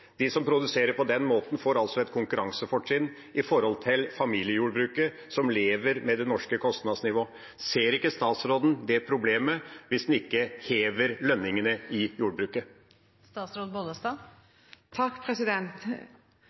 De som produserer på den måten, får et konkurransefortrinn i forhold til familiejordbruket, som lever med det norske kostnadsnivået. Ser ikke statsråden at det blir et problem hvis en ikke hever lønningene i jordbruket?